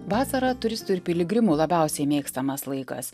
vasara turistų ir piligrimų labiausiai mėgstamas laikas